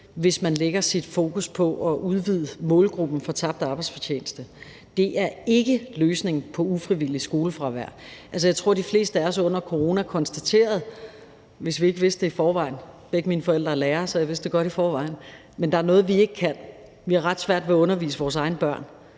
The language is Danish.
hvis man lægger sit fokus på at udvide målgruppen i forhold til tabt arbejdsfortjeneste. Det er ikke løsningen på ufrivilligt skolefravær. Kl. 12:49 Jeg tror, at de fleste af os under corona konstaterede, hvis vi ikke vidste det i forvejen – begge mine forældre er lærere, så jeg vidste det godt i forvejen – at der er noget, vi ikke kan; vi har ret svært ved at undervise vores egne børn.